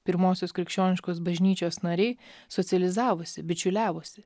pirmosios krikščioniškos bažnyčios nariai socializavosi bičiuliavosi